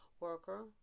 worker